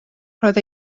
roedd